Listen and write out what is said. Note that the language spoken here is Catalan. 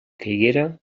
caiguera